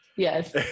Yes